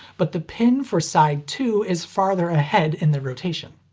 but the pin for side two is farther ahead in the rotation.